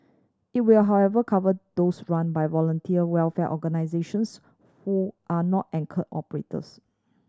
it will however cover those run by voluntary welfare organisations who are not anchor operators